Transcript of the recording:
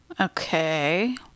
Okay